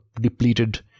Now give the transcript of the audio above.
depleted